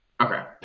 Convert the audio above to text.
Okay